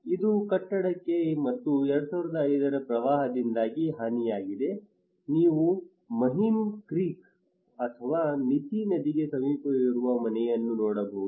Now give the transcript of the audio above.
ಇದು ಕಟ್ಟಡಕ್ಕೆ ಮತ್ತು 2005 ರ ಪ್ರವಾಹದಿಂದಾಗಿ ಹಾನಿಯಾಗಿದೆ ನೀವು ಮಾಹಿಮ್ ಕ್ರೀಕ್ ಅಥವಾ ಮಿಥಿ ನದಿಗೆ ಸಮೀಪವಿರುವ ಮನೆಗಳನ್ನು ನೋಡಬಹುದು